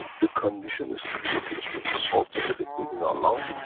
the condition is created through the salt and the liquid in our lung,